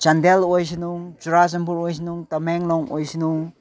ꯆꯥꯟꯗꯦꯜ ꯑꯣꯏꯁꯅꯨ ꯆꯨꯔꯆꯥꯟꯄꯨꯔ ꯑꯣꯏꯁꯅꯨ ꯇꯃꯦꯡꯂꯣꯡ ꯑꯣꯏꯁꯅꯨ